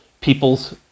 people's